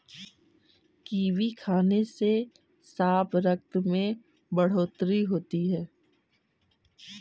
kiwi खाने से साफ रक्त में बढ़ोतरी होती है